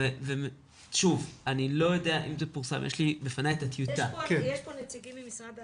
אני חושבת שגם בתקופה טובה נצמדים לאמנה,